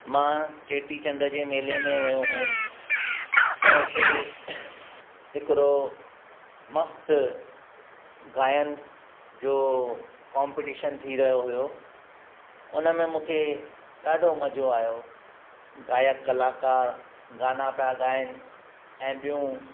मां चेटीचंड जे मेले में वयो होमि त हुते हिकिड़ो मस्त ॻाइण जो कॉम्पटीशन थी रहियो हुयो उनमें मूंखे ॾाढो मज़ो आयो गाइकु कलाकार गाना पिया ॻाइन ऐं ॿियूं